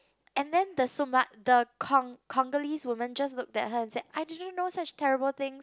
and then the Suma~ the the Congolese woman just looked at her and said I didn't know such terrible things